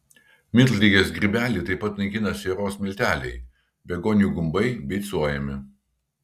miltligės grybelį taip pat naikina sieros milteliai begonijų gumbai beicuojami